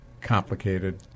complicated